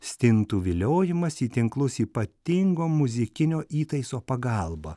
stintų viliojimas į tinklus ypatingo muzikinio įtaiso pagalba